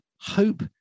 hope